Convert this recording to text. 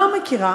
לא מכירה